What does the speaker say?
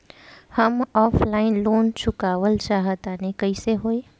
हम offline loan चुकावल चाहऽ तनि कइसे होई?